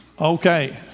Okay